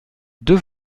deux